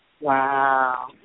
Wow